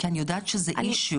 כי אני יודעת שזה אישיו.